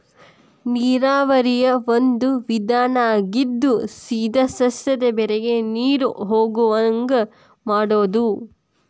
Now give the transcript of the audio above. ನೇರಾವರಿಯ ಒಂದು ವಿಧಾನಾ ಆಗಿದ್ದು ಸೇದಾ ಸಸ್ಯದ ಬೇರಿಗೆ ನೇರು ಹೊಗುವಂಗ ಮಾಡುದು